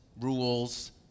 rules